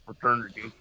fraternity